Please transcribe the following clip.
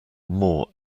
more